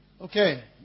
Okay